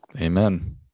Amen